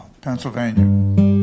Pennsylvania